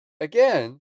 again